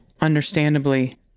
understandably